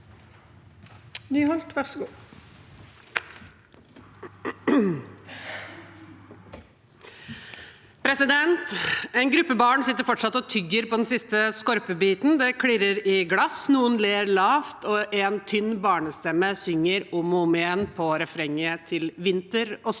En gruppe barn sit- ter fortsatt og tygger på den siste skorpebiten, det klirrer i glass, noen ler lavt, og en tynn barnestemme synger om og om igjen på refrenget til Vinter og sne,